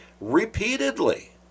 repeatedly